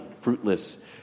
fruitless